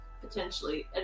potentially